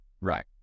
right